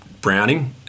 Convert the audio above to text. browning